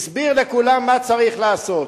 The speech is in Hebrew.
הסביר לכולם מה צריך לעשות,